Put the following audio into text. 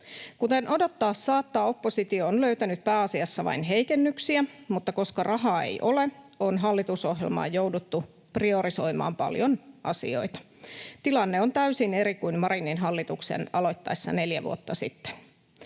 Kuten odottaa saattaa, oppositio on löytänyt pääasiassa vain heikennyksiä, mutta koska rahaa ei ole, on hallitusohjelmaan jouduttu priorisoimaan paljon asioita. Tilanne on täysin eri kuin Marinin hallituksen aloittaessa neljä vuotta sitten.